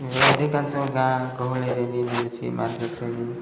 ଅଧିକାଂଶ ଗାଁ ଗହଳିରେ ବି ମିଳୁଛି ମାର୍କେଟରେ